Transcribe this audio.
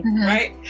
right